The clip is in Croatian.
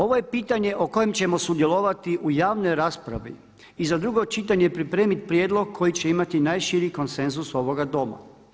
Ovo je pitanje o kojem ćemo sudjelovati u javnoj raspravi i za drugo čitanje pripremiti prijedlog koji će imati najširi konsenzus ovoga Doma.